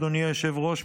אדוני היושב-ראש,